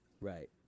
Right